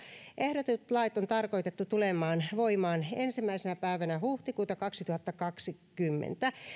ehdotetut lait on tarkoitettu tulemaan voimaan ensimmäisenä päivänä huhtikuuta kaksituhattakaksikymmentä